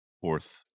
fourth